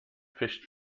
fished